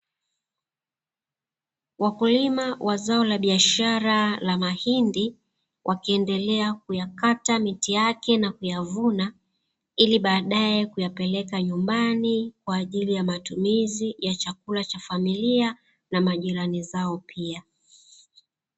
Wakulima wa zao la biashara la mahindi, wakiendelea kuyakata miti yake na kuyavuna, ili badae kuyapeleka nyumbani kwa ajili ya matumizi ya chakula cha familia na majirani zao pia.